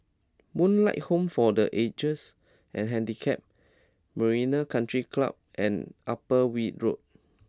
Moonlight Home for the Ages and Handicapped Marina Country Club and Upper Weld Road